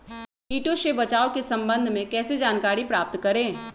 किटो से बचाव के सम्वन्ध में किसी जानकारी प्राप्त करें?